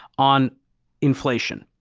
on inflation?